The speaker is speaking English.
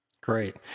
Great